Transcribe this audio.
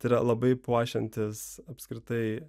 tai yra labai puošiantis apskritai